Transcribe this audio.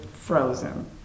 Frozen